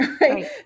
right